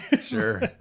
Sure